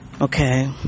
okay